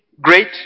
great